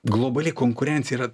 globali konkurencija yra